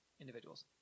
individuals